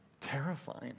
terrifying